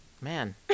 Man